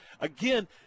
again